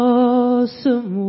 awesome